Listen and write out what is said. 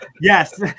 Yes